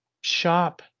shop